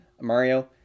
Mario